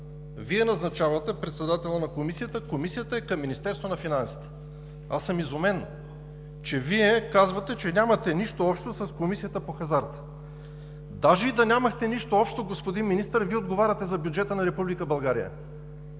Вие назначавате председателя на Комисията, а Комисията е към Министерството на финансите. Аз съм изумен, че Вие казвате, че нямате нищо общо с Комисията по хазарта! Даже и да нямахте нищо общо, господин Министър, Вие отговаряте за бюджета на